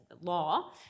Law